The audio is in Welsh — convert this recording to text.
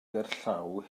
gerllaw